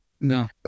No